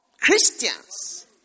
Christians